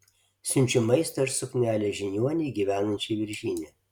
siunčiu maisto ir suknelę žiniuonei gyvenančiai viržyne